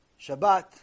Shabbat